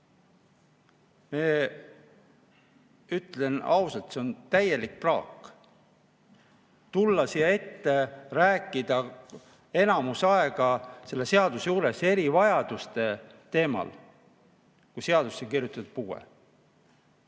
ole. Ütlen ausalt, et see on täielik praak: tulla siia ette ja rääkida enamuse aega selle seaduse juures erivajaduste teemal, kui seadusesse on kirjutatud "puue".